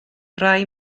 rai